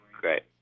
great